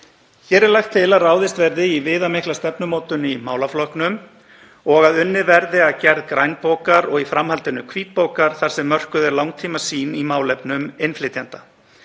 Hér er lagt til að ráðist verið í viðamikla stefnumótun í málaflokknum og að unnið verði að gerð grænbókar og í framhaldinu hvítbókar þar sem mörkuð verði langtímasýn í málefnum innflytjenda.